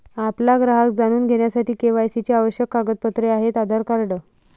आपला ग्राहक जाणून घेण्यासाठी के.वाय.सी चे आवश्यक कागदपत्रे आहेत आधार कार्ड